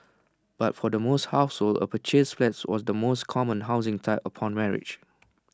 but for the most households A purchased flat was the most common housing type upon marriage